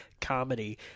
comedy